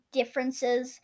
differences